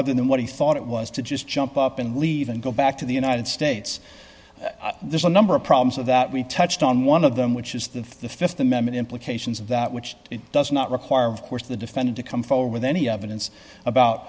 other than what he thought it was to just jump up and leave and go back to the united states there's a number of problems of that we touched on one of them which is the the th amendment implications of that which does not require of course the defendant to come forward with any evidence about